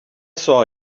saw